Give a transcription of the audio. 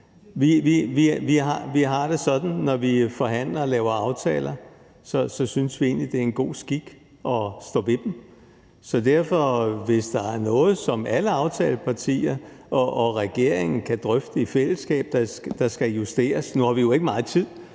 Vi har det sådan, når vi forhandler og laver aftaler, at vi synes, at det egentlig er god skik at stå ved dem. Så hvis der er noget, som alle aftalepartier og regeringen kan drøfte i fællesskab, og som skal justeres, så er vi altid